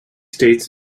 states